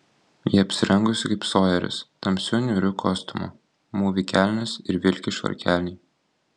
ji apsirengusi kaip sojeris tamsiu niūriu kostiumu mūvi kelnes ir vilki švarkelį